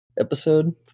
episode